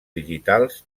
digitals